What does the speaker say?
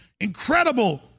incredible